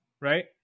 right